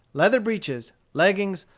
leather breeches, leggins,